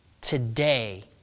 Today